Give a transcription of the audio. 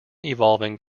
evolving